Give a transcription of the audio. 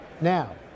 Now